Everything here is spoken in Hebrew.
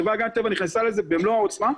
החברה להגנת הטבע נכנסה לזה במלוא העוצמה.